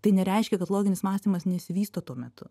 tai nereiškia kad loginis mąstymas nesivysto tuo metu